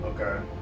Okay